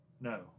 No